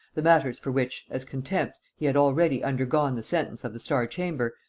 the matters for which, as contempts, he had already undergone the sentence of the star-chamber,